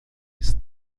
esse